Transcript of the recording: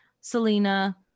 Selena